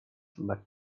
but